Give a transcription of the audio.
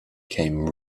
came